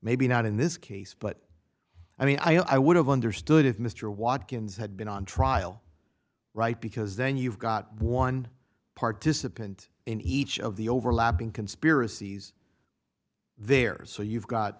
maybe not in this case but i mean i would have understood if mr watkins had been on trial right because then you've got one participant in each of the overlapping conspiracies there so you've got